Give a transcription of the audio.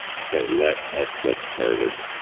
so let us get started.